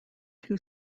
two